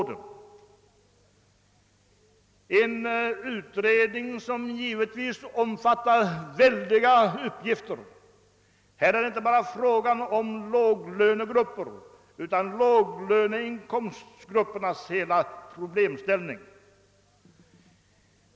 Den skall ta upp samtliga problem som rör de lågavlönade och låginkomstgrupper.